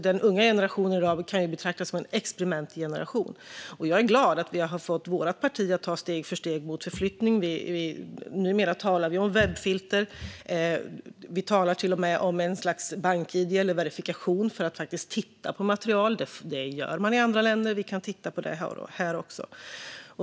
Den unga generationen i dag kan betraktas som en experimentgeneration. Jag är glad att vi har fått vårt parti att ta steg för steg mot förflyttning. Numera talar vi om webbfilter. Vi talar till och med om ett slags bank-id eller verifikation för att man faktiskt ska kunna titta på material. Det har man i andra länder. Vi kan titta på det här också.